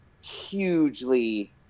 hugely